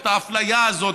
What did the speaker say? את האפליה הזאת,